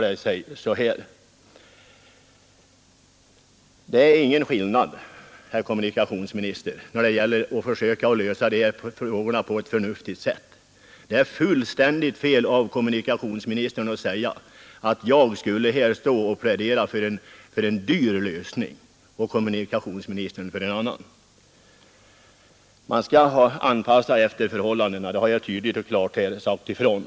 Det är ock j felaktigt av kommunikationsministern att påstå att jag till skillnad från kommunikationsministern skulle plädera för en dyr lösning. Det bör ske en anpassning efter förhållandena; det har jag klart och tydligt sagt ifrån.